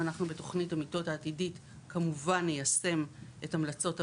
ואנחנו בתוכנית המיטות העתידית כמובן ניישם את המלצות הוועדה.